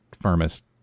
firmest